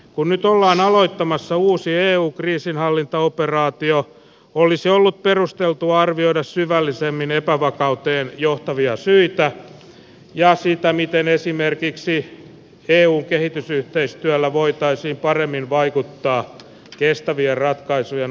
kun nyt ollaan aloittamassa uusi eu kriisinhallintaoperaatio olisi ollut perusteltua arvioida syvällisemmin epävakauteen johtavia syitä ja sitä miten esimerkiksi eun kehitysyhteistyöllä voitaisiin paremmin vaikuttaa kestävien ratkaisujen aikaansaamiseksi